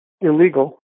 illegal